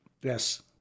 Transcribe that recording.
Yes